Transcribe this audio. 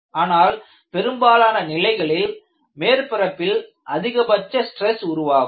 ஆனால் பெரும்பாலான நிலைகளில் மேற்பரப்பில் அதிகபட்ச ஸ்ட்ரெஸ் உருவாகும்